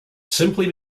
simply